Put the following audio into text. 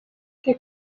que